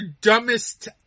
Dumbest